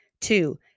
Two